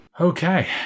Okay